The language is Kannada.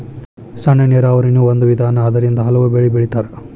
ಸಣ್ಣ ನೇರಾವರಿನು ಒಂದ ವಿಧಾನಾ ಅದರಿಂದ ಹಲವು ಬೆಳಿ ಬೆಳಿತಾರ